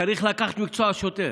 צריך לקחת את מקצוע השוטר,